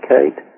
Kate